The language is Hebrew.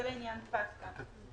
זה לעניין פטקא.